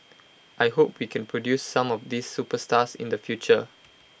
I hope we can produce some of these superstars in the future